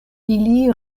ili